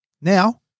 Now